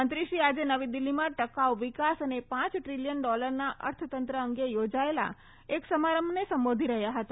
મંત્રીશ્રી આજે નવી દિલ્હીમાં ટકાઉ વિકાસ અને પાંચ દ્રીલીયન ડોલરનના અર્થતંત્ર અંગે યોજાયેલા એક સમારંભને સંબોધી રહયાં હતા